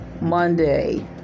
Monday